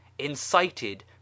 incited